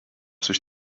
sich